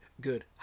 good